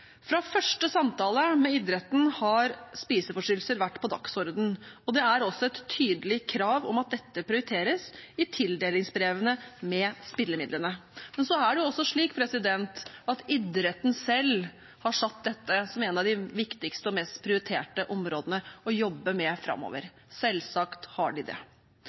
Fra første samtale med idretten har spiseforstyrrelser vært på dagsordenen, og det er også et tydelig krav om at dette prioriteres i tildelingsbrevene med spillemidlene. Men så er det også slik at idretten selv har satt dette som en av de viktigste og mest prioriterte områdene å jobbe med framover. Selvsagt har de det.